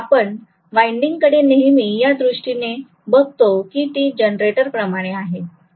आपण वाइंडिंगकडे नेहमी या दृष्टिकोनाने बघतो की ती जनरेटर प्रमाणे आहे